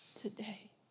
today